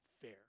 fair